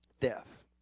death